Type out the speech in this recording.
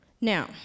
Now